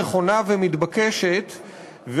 נכונה ומתבקשת,